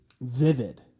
Vivid